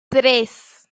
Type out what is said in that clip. tres